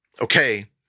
okay